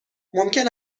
ممکن